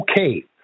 Okay